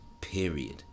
period